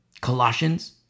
Colossians